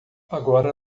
agora